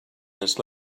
this